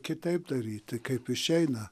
kitaip daryti kaip išeina